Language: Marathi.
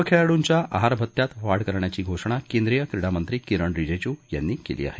सर्व खेळाडूंच्या आहार भत्यात वाढ करण्याची घोषणा केंद्रीय क्रीडा मंत्री किरण रिजेजू यांनी केली आहे